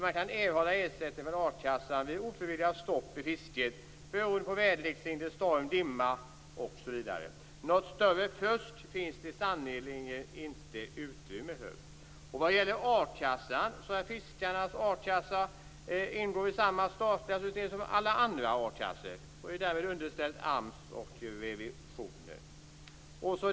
Man kan erhålla ersättning från a-kassan vid ofrivilliga stopp i fisket beroende på väderlek, storm, dimma osv. Något större fusk finns det sannerligen inte utrymme för. Fiskarnas a-kassa ingår dessutom i samma statliga system som alla andra a-kassor och är därmed underställd AMS och revisioner.